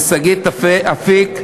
לשגית אפיק,